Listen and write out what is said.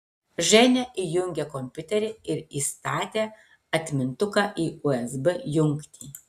ženia įjungė kompiuterį ir įstatė atmintuką į usb jungtį